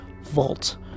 vault